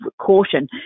caution